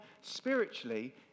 spiritually